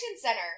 center